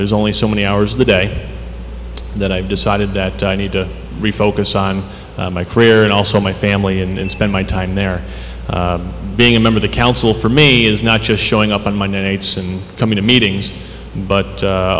there's only so many hours a day that i've decided that i need to refocus on my career and also my family and spend my time there being a member the council for me is not just showing up on monday it's coming to meetings but a